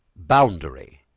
boundary,